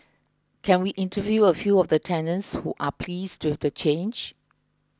can we interview a few of the tenants who are pleased with the change